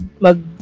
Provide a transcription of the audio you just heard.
mag-